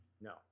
No